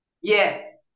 Yes